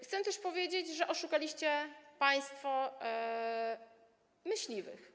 Chcę też powiedzieć, że oszukaliście państwo myśliwych.